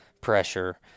pressure